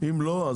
אם לא,